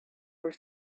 were